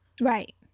Right